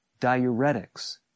diuretics